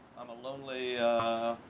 i'm a lonely.